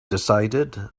decided